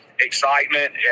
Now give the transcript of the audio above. excitement